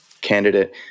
candidate